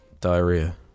Diarrhea